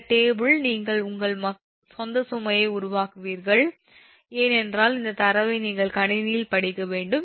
இந்த டேபிள் நீங்கள் உங்கள் சொந்த உரிமையை உருவாக்குவீர்கள் ஏனென்றால் இந்தத் தரவை நீங்கள் கணினியில் படிக்க வேண்டும்